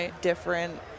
different